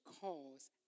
cause